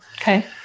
okay